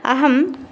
अहम्